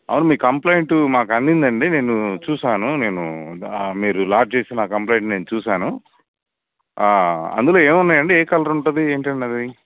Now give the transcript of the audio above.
అవును మీ కంప్లయింటు మాకు అందిందండి నేను చూశాను నేను మీరు లాడ్జ్ చేసిన ఆ కంప్లయింట్ని నేను చూశాను అందులో ఏమి ఉన్నాయండి ఏ కలర్ ఉంటుంది ఏమిటి అండి అది